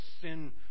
sin